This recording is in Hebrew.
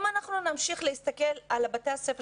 אם אנחנו נמשיך להסתכל על בתי הספר